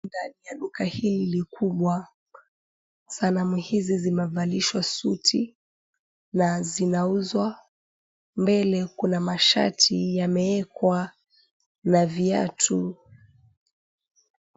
Ndani ya duka hili kubwa, sanamu hizi zimevalishwa suti na zinauzwa. Mbele kuna masharti yamewekwa na viatu.